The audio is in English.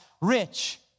rich